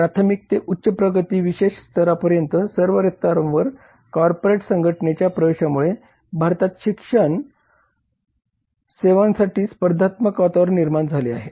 प्राथमिक ते उच्च प्रगत विशेष स्तरापर्यंत सर्व स्तरांवर कॉर्पोरेट संघटनेच्या प्रवेशामुळे भारतात शिक्षण सेवांसाठी स्पर्धात्मक वातावरण निर्माण झाले आहे